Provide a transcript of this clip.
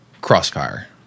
Crossfire